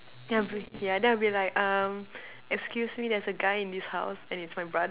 yeah then I will be like um excuse me there's a guy in this house and it's my brother